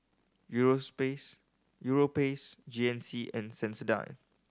Europace G N C and Sensodyne